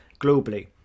globally